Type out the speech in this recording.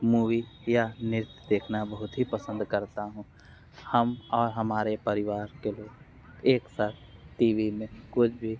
movie या नृत्य देखना बहुत ही पसंद करता हूँ हम और हमारे परिवार के लोग एक साथ टी वी में कुछ भी